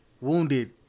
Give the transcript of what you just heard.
wounded